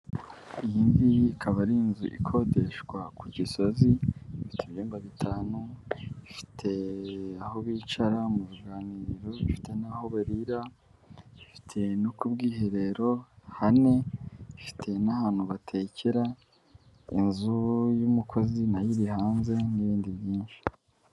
Iyi ngiyi ikaba ari inzu ikodeshwa ku Gisozi ifite ibyumba bitanu, ifite aho bicara mu buganiriro, ifite n'aho barira, ifite no ku bwiherero hane, ifite n'ahantu batekera inzu y'umukozi nayo iri hanze n'ibindi byinshi.